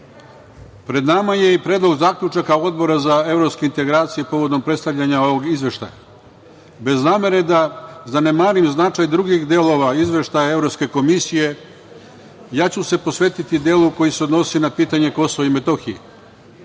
nama je i Predlog zaključaka Odbora za evropske integracije povodom predstavljanja ovog izveštaja. Bez namere da zanemarim značaj drugih delova izveštaja Evropske komisije, ja ću se posvetiti delu koji se odnosi na pitanje Kosova i Metohije,